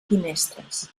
finestres